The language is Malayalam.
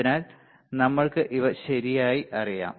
അതിനാൽ നമ്മൾക്ക് ഇവ ശരിയായി അറിയാം